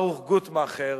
ברוך גוטמכר,